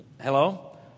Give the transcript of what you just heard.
hello